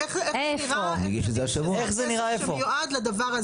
כי עכשיו חברות הביטוח ישנו את הפוליסות שלהם או